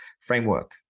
framework